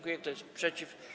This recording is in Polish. Kto jest przeciw?